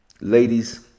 ladies